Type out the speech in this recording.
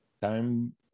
time